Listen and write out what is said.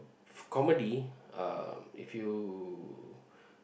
comedy uh if you